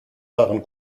waren